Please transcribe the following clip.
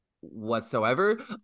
whatsoever